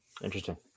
Interesting